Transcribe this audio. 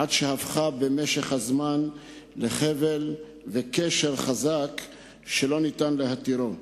עד שהפכה במשך הזמן לחבל וקשר חזק שלא ניתן להתירו.